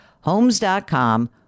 Homes.com